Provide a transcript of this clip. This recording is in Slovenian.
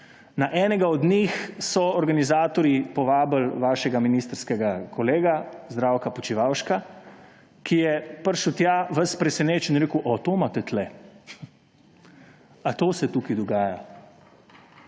Na enega od njih so organizatorji povabili vašega ministrskega kolega Zdravka Počivalška, ki je prišel tja ves presenečen in je rekel: »A to imate tukaj? A to se tukaj dogaja?«